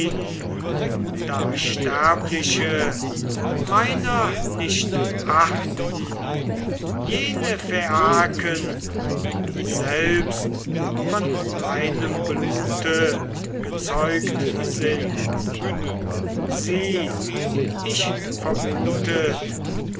da sterbliche meiner nicht achten jene phaiaken die selbst von meinem blute gezeugt sind sieh ich